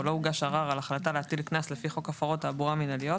או לא הוגש ערר על החלטה להטיל קנס לפי חוק הפרות תעבורה מינהליות